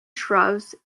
shrubs